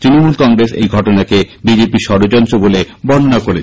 তৃমমূল কংগ্রেস এই ঘটনাকে বিজেপি র ষড়যন্ত্র বলে বর্ণনা করেছে